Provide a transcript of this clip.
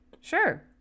sure